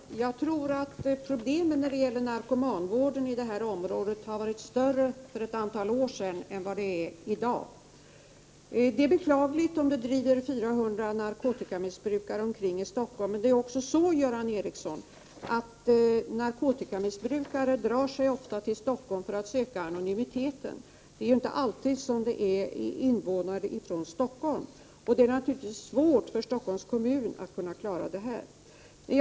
Fru talman! Jag tror att problemen när det gäller narkomanvården i det här området var större för ett antal år sedan än vad de är i dag. Det är beklagligt om det driver omkring 400 narkotikamissbrukare i Stockholm. Men det är också så, Göran Ericsson, att narkotikamissbrukare ofta drar sig till Stockholm för att söka anonymiteten här. Det är alltså inte alltid fråga om invånare i Stockholm, och det är naturligtvis svårt för Stockholms kommun att klara detta problem.